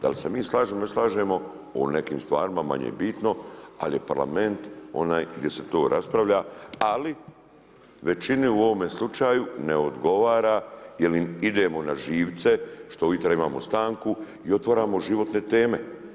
Da li se mi slažemo ili ne slažemo o nekim stvarima manje bitno, ali je parlament onaj gdje se to raspravlja, ali većini u ovome slučaju ne odgovara jel im idemo na živce što ujutro imamo stanku i otvaramo životne teme.